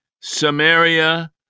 Samaria